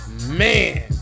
Man